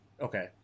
Okay